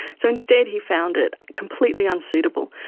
so instead he found it completely unsuitable.